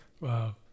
Wow